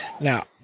Now